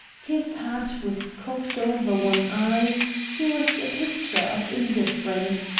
his hat was cocked over one eye he was a picture of indifference,